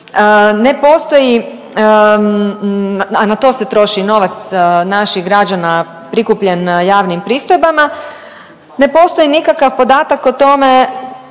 ne postoji, a na to se troši novac naših građana prikupljen javnim pristojbama, ne postoji nikakav podatak o tome